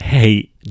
Hey